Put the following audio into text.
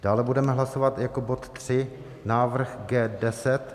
Dále budeme hlasovat jako bod 3 návrh G10.